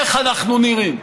איך אנחנו נראים?